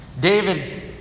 David